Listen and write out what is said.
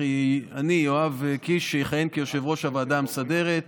אני, יואב קיש, אכהן כיושב-ראש הוועדה המסדרת,